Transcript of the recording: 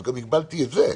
גם הגבלתי את זה.